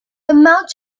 amount